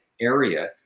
area